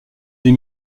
des